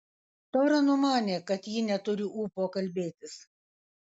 tora numanė kad ji neturi ūpo kalbėtis